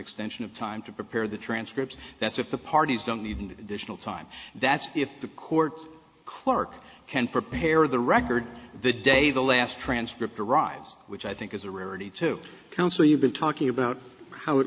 extension of time to prepare the transcript that's if the parties don't need an additional time that's if the court clerk can prepare the record the day the last transcript arrives which i think is a rarity to count so you've been talking about how it